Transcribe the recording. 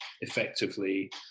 effectively